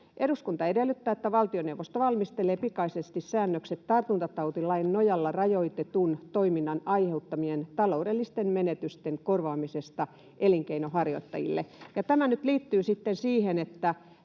”Eduskunta edellyttää, että valtioneuvosto valmistelee pikaisesti säännökset tartuntatautilain nojalla rajoitetun toiminnan aiheuttamien taloudellisten menetysten korvaamisesta elinkeinonharjoittajille.” Ja tämä nyt liittyy siihen, että